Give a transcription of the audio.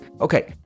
okay